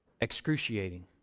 Excruciating